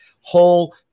whole